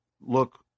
look